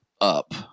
up